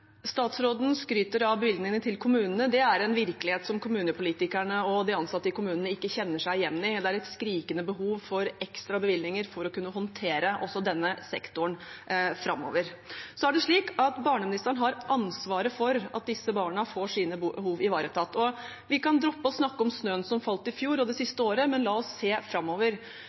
Statsråden skryter av bevilgningene til kommunene. Det er en virkelighet som kommunepolitikerne og de ansatte i kommunene ikke kjenner seg igjen i. Det er et skrikende behov for ekstra bevilgninger for å kunne håndtere også denne sektoren framover. Barneministeren har ansvaret for at disse barna får sine behov ivaretatt. Vi kan droppe å snakke om snøen som falt i fjor og det siste året, men la oss se framover.